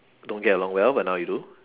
don't get along well but now you do